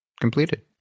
completed